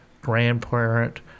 grandparent